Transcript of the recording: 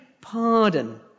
pardon